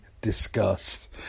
Disgust